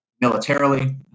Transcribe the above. militarily